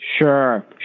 Sure